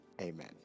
amen